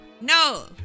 No